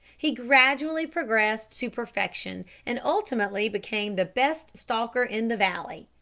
he gradually progressed to perfection, and ultimately became the best stalker in the valley.